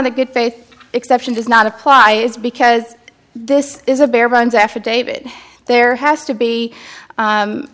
the good faith exception does not apply is because this is a bare bones affidavit there has to be